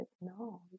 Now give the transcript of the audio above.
no